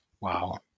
Wow